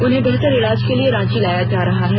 उन्हे बेहतर इलाज के लिए रांची लाया जा रहा है